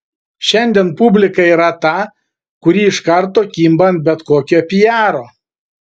šiandien publika yra ta kuri iš karto kimba ant bet kokio piaro